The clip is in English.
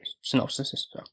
synopsis